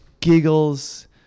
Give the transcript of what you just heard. giggles